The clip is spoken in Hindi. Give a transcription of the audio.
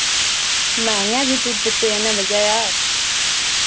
महंगा भी तो देते है ना भैया आप